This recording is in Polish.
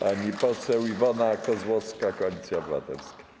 Pani poseł Iwona Kozłowska, Koalicja Obywatelska.